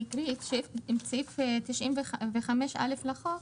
סעיף 95(א) לחוק